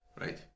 Right